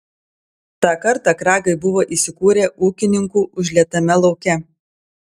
tą kartą kragai buvo įsikūrę ūkininkų užlietame lauke